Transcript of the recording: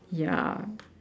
ya